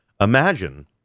Imagine